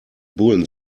bullen